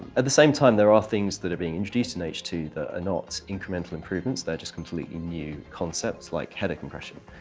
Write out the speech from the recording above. at the same time, there are things that are being introduced in h two that are not incremental improvements. they're just completely new concepts, like header compression.